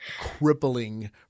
crippling